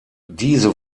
diese